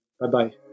Bye-bye